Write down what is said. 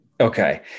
okay